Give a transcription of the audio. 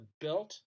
built